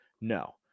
No